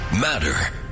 matter